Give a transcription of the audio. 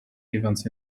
events